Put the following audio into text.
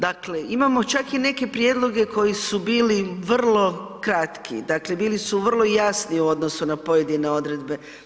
Dakle, imamo čak i neke prijedloge koji su bili vrlo kratki, dakle bili su vrlo jasni u odnosu na pojedine odredbe.